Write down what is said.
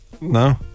no